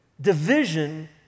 division